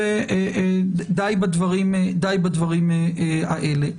די בדברים האלה.